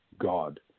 God